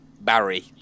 Barry